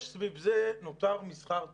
סביב זה נוצר מסחר טוב.